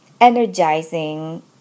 energizing